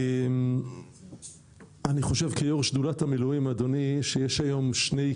אני אגיד בסוף,